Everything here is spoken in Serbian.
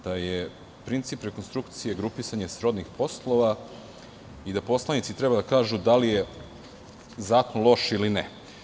Da je princip rekonstrukcije grupisanje srodnih poslova i da poslanici treba da kažu da li je zakon loš ili ne.